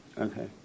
Okay